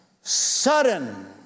sudden